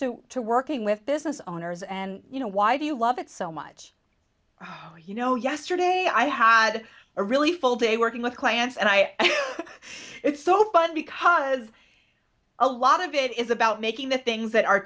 to to working with business owners and you know why do you love it so much you know yesterday i had a really full day working with clients and i think it's so fun because a lot of it is about making the things that are